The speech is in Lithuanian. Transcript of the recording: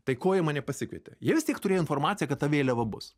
tai ko jie mane pasikvietė jie vis tiek turėjo informaciją kad ta vėliava bus